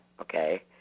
Okay